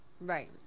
right